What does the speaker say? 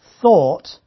thought